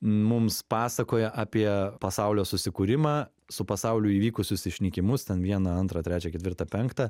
mums pasakoja apie pasaulio susikūrimą su pasauliu įvykusius išnykimus ten vieną antrą trečią ketvirtą penktą